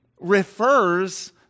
refers